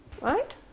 Right